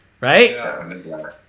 Right